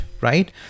right